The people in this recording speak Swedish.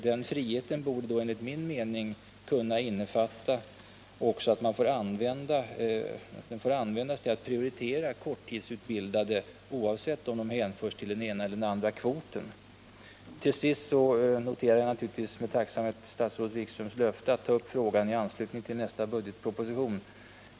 Den friheten borde, enligt min mening, också få användas till att prioritera korttidsutbildade, oavsett om de hänförs till den ena eller den andra kvoten. Till sist noterar jag med tacksamhet statsrådet Wikströms löfte att ta upp frågan igen i anslutning till nästa budgetproposition.